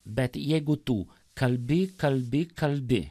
bet jeigu tu kalbi kalbi kalbi